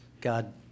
God